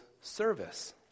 Service